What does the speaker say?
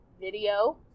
video